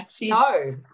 no